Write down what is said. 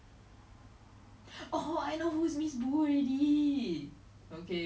they really damn disgusting do you see the recent one the one where the guy strangle the case girl